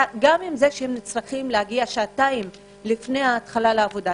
גם: הם צריכים להגיע שעתיים לפני תחילת העבודה,